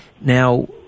Now